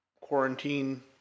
quarantine